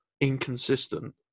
inconsistent